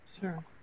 Sure